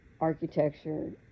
architecture